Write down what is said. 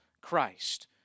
Christ